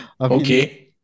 Okay